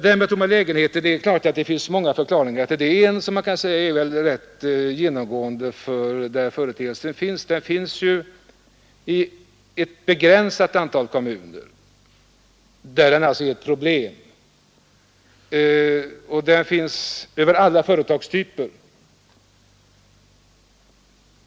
Det finns naturligtvis många förklaringar till de tomma lägenheterna. Den här företeelsen finns ju i ett begränsat antal kommuner, där den alltså är ett problem, och den finns inom alla företagstyper.